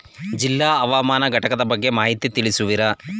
ಜಿಲ್ಲಾ ಹವಾಮಾನ ಘಟಕದ ಬಗ್ಗೆ ಮಾಹಿತಿ ತಿಳಿಸುವಿರಾ?